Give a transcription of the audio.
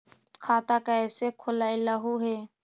खाता कैसे खोलैलहू हे?